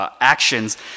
Actions